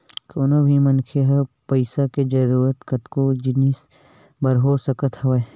कोनो भी मनखे ल पइसा के जरुरत कतको जिनिस बर हो सकत हवय